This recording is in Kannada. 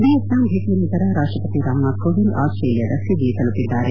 ವಿಯೆಂಟ್ನಾ ಭೇಟಿ ನಂತರ ರಾಷ್ಟಪತಿ ರಾಮನಾಥ್ ಕೋವಿಂದ್ ಆಸ್ಟೇಲಿಯಾದ ಸಿಡ್ನಿ ತಲುಪಿದ್ದಾರೆ